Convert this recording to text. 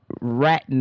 rat